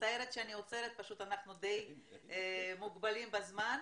מצטערת שאני עוצרת אבל אנחנו די מוגבלים בזמן.